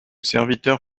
serviteur